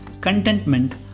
Contentment